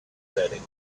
setting